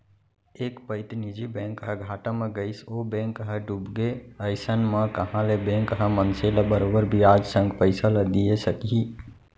एक पइत निजी बैंक ह घाटा म गइस ओ बेंक ह डूबगे अइसन म कहॉं ले बेंक ह मनसे ल बरोबर बियाज संग पइसा ल दिये सकही